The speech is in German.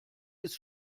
ist